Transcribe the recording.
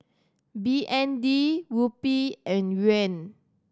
B N D Rupee and Yuan